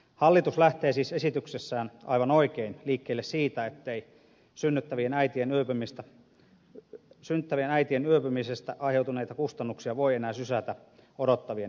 hallitus lähtee siis esityksessään aivan oikein liikkeelle siitä ettei synnyttävien äitien yöpymisestä aiheutuneita kustannuksia voi enää sysätä odottavien äitien harteille